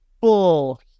full